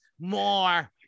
more